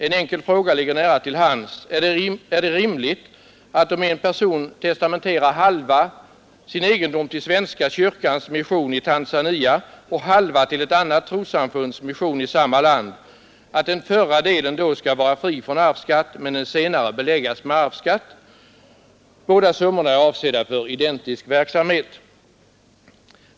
En enkel fråga ligger nära till hands: Är det rimligt att om en person testamenterar halva sin egendom till svenska kyrkans mission i Tanzania och halva till ett annat trossamfunds mission i samma land, den förra delen skall vara fri från arvsskatt men den senare beläggas med arvsskatt? Båda summorna är avsedda för identisk verksamhet!